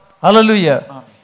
Hallelujah